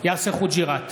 יאסר חוג'יראת,